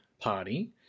party